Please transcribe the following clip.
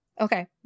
Okay